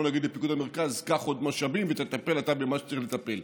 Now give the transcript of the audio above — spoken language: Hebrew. ולא נגיד לפיקוד המרכז: קח עוד משאבים ותטפל אתה במה שצריכים לטפל.